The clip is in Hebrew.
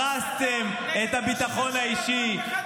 הרסתם את הביטחון האישי.